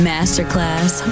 Masterclass